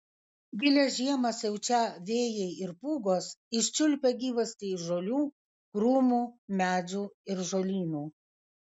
gilią žiemą siaučią vėjai ir pūgos iščiulpia gyvastį iš žolių krūmų medžių ir žolynų